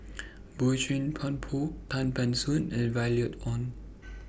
Boey Chuan Poh Tan Ban Soon and Violet Oon